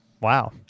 Wow